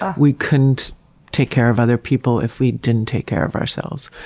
ah we couldn't take care of other people if we didn't take care of ourselves,